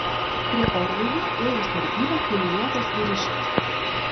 prie orlaivio ėjo sargybą kailiniuotas vyriškis